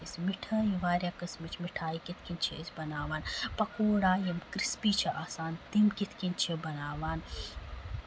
مِٹھٲے واریاہ قٕسمٕچ مِٹھایہِ کِتھ کٔنۍ چھِ أسۍ بَناوان پَکوڈا یِم کِرِسپی چھِ آسان تِم کِتھ کِنۍ چھِ بَناوان